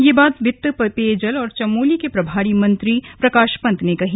यह बात वित्त पेयजल और चमोली के प्रभारी मंत्री प्रकाश पंत ने कही